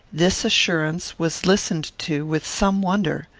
this assurance was listened to with some wonder.